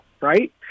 right